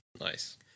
Nice